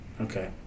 Okay